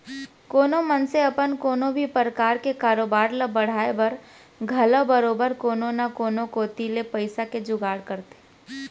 कोनो मनसे अपन कोनो भी परकार के कारोबार ल बढ़ाय बर घलौ बरोबर कोनो न कोनो कोती ले पइसा के जुगाड़ करथे